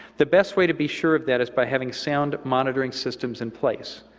the best way to be sure of that is by having sound monitoring systems in place.